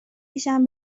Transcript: پیشم